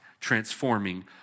transforming